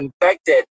infected